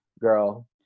girl